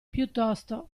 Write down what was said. piuttosto